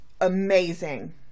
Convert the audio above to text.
amazing